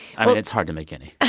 i mean, it's hard to make any.